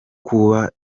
kubaka